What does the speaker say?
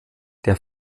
der